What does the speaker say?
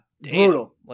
brutal